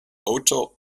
auto